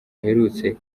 aherutse